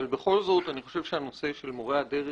אבל בכל זאת אני חושב שהנושא של מורי הדרך